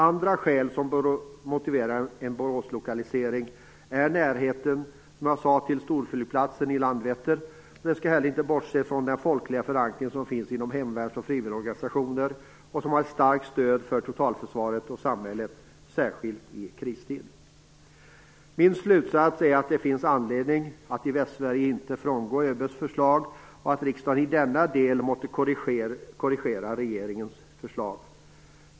Andra skäl som bör motivera en Boråslokalisering är, som jag sade, närheten till storflygplatsen Landvetter och, det skall vi inte bortse från, den folkliga förankring som finns inom hemvärns och frivilligorganisationer. Där finns ett starkt stöd för totalförsvaret och samhället, särskilt i kristid. Min slutsats är att det finns anledning att i Västsverige inte frångå ÖB:s förslag, och att riksdagen i denna del måtte korrigera regeringens förslag.